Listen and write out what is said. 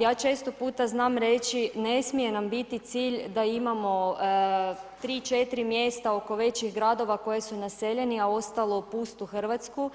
ja često puta znam reći, ne smije nam biti cilj da imamo 3, 4 mjesta oko većih gradova koji su naseljeni a ostali pustu Hrvatsku.